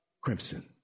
crimson